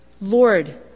Lord